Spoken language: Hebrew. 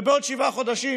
ובעוד שבעה חודשים